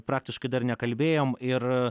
praktiškai dar nekalbėjom ir